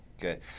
good